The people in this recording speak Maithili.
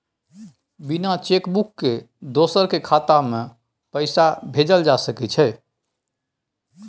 बिना चेक बुक के दोसर के खाता में पैसा भेजल जा सकै ये?